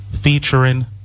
Featuring